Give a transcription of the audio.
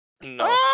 No